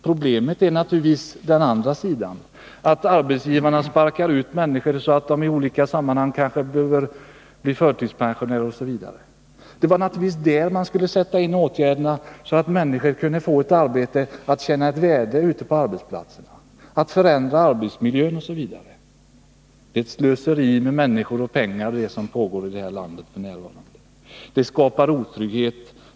Problemet är att arbetsgivarna sparkar ut människor så att de kanske blir förtidspensionärer osv. Det är naturligtvis där vi skall sätta in åtgärderna, så att människor kan få sådan sysselsättning att de kan känna sitt värde ute på arbetsplatserna. Vi måste sätta in åtgärder för att förändra arbetsmiljön osv. Det som f. n. pågår i vårt land är slöseri med människor och pengar. Det skapar otrygghet.